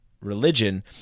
religion